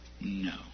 No